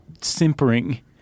simpering